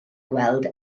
gweld